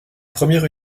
première